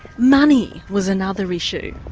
money was another issue.